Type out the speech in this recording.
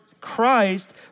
Christ